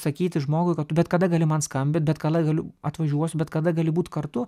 sakyti žmogui kad tu bet kada gali man skambint bet kada galiu atvažiuosiu bet kada gali būt kartu